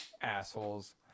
assholes